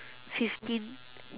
fifteen